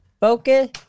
Focus